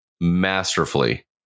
masterfully